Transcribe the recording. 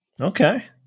Okay